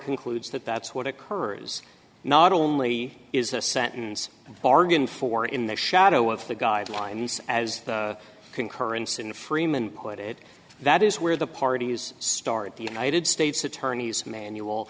concludes that that's what occurs not only is a sentence bargain for in the shadow of the guidelines as concurrence in freeman put it that is where the parties start the united states attorney's manual